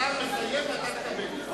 השר מסיים ואתה תקבל.